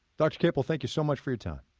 dr. capel, thank you so much for your time.